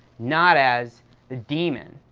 not as the demon.